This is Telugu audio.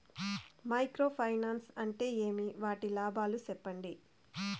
మైక్రో ఫైనాన్స్ అంటే ఏమి? వాటి లాభాలు సెప్పండి?